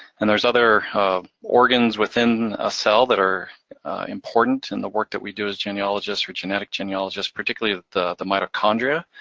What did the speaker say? and there's other organs within a cell that are important in the work that we do as genealogists, or genetic genealogists, particularly, the the mitochondria,